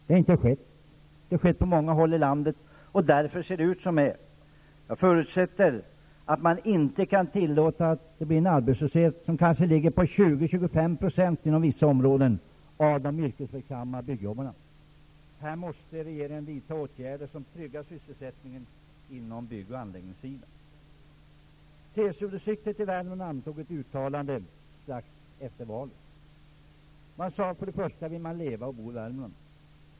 Det har inte gjorts på många håll i landet. Därför ser det ut som det gör. Jag förutsätter att man inte kan tillåta en arbetslöshet som kanske ligger på 20-- TCO-distriktet i Värmland gjorde ett uttalande strax efter valet. Man sade för det första att man vill jobba, bo och leva i Värmland.